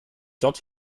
dort